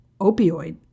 opioid